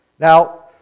Now